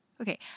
okay